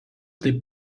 taip